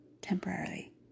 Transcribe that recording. temporarily